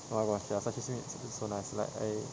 oh my gosh ya sa~ sashimi is so nice like I